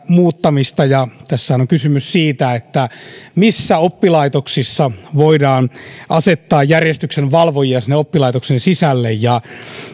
muuttamista ja tässähän on kysymys siitä missä oppilaitoksissa voidaan asettaa järjestyksenvalvojia sinne oppilaitoksen sisälle